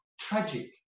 Tragic